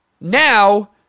now